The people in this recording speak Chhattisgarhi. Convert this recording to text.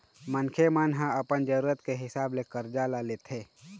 मनखे मन ह अपन जरुरत के हिसाब ले करजा ल लेथे